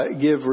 Give